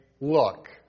look